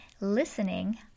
listening